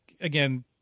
again